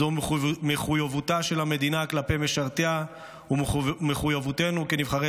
זו מחויבותה של המדינה כלפי משרתיה ומחויבותנו כנבחרי